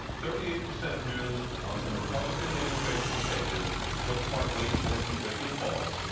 thirty eight percent of news on some republican-leaning facebook pages was partly or completely false,